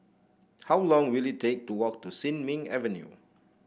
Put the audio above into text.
how long will it take to walk to Sin Ming Avenue